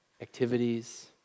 activities